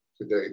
today